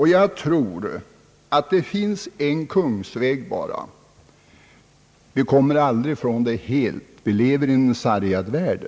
Det finns enligt min mening bara en kungsväg ur detta. Vi lever i en sargad värld.